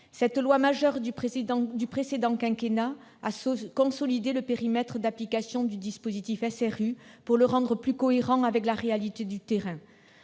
Cette loi majeure du précédent quinquennat a consolidé le périmètre d'application du dispositif SRU pour le rendre plus cohérent avec la réalité du terrain.